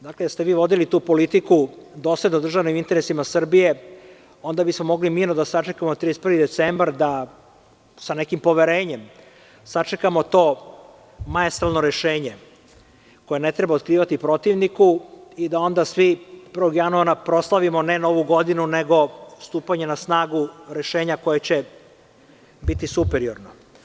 Da ste vi vodili tu politiku do sada u državnim interesima Srbije, onda bismo mogli mirno da sačekamo 31. decembar, da sa nekim poverenjem sačekamo to maestralno rešenje koje ne treba otkrivati protivniku i da onda svi 1. januara proslavimo ne Novu godinu nego stupanje na snagu rešenja koje će biti superiorno.